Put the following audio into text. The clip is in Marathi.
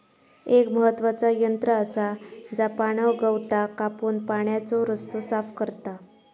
एक महत्त्वाचा यंत्र आसा जा पाणगवताक कापून पाण्याचो रस्तो साफ करता